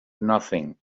nothing